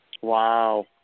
Wow